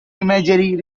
imagery